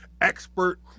expert